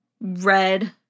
red